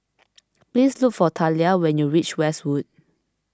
please look for Thalia when you reach Westwood